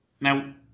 now